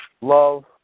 love